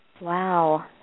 Wow